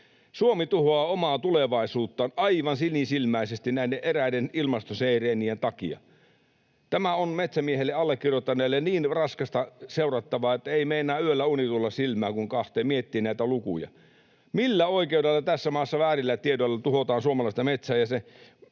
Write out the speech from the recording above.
Suomi tuhoaa omaa tulevaisuuttaan aivan sinisilmäisesti näiden eräiden ilmastoseireenien takia. Tämä on metsämiehelle, allekirjoittaneelle, niin raskasta seurattavaa, että ei meinaa yöllä uni tulla silmään, kun miettii näitä lukuja. Millä oikeudella tässä maassa väärillä tiedoilla tuhotaan suomalaista metsää? Eräskin